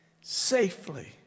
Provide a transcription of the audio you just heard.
safely